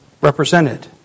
represented